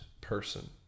person